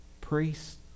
priests